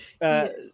yes